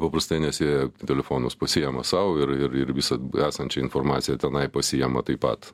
paprastai nes jie telefonus pasiėma sau ir ir ir visad esančią informaciją tenai pasiėma taip pat